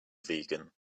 vegan